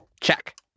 Check